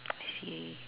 I see